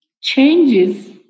changes